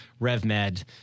RevMed